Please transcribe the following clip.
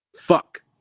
Fuck